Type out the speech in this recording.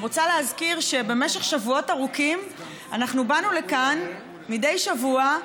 אני רוצה להזכיר שבמשך שבועות ארוכים באנו לכאן מדי שבוע,